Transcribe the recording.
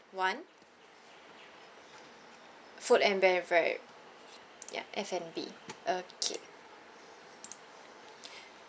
one food and beverage ya F&B okay